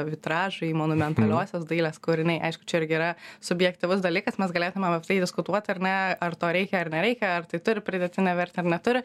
vitražai monumentaliosios dailės kūriniai aišku čia irgi yra subjektyvus dalykas mes galėtumėm apie tai diskutuot ar ne ar to reikia ar nereikia ar tai turi pridėtinę vertę ar neturi